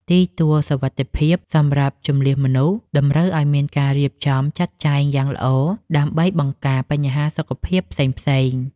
ទីទួលសុវត្ថិភាពសម្រាប់ជម្លៀសមនុស្សតម្រូវឱ្យមានការរៀបចំចាត់ចែងយ៉ាងល្អដើម្បីបង្ការបញ្ហាសុខភាពផ្សេងៗ។